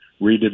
redid